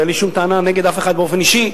אין לי שום טענה נגד אף אחד באופן אישי.